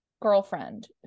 girlfriend